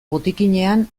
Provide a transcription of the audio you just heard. botikinean